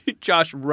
Josh